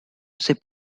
c’est